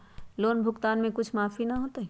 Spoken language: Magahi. लोन भुगतान में कुछ माफी न होतई?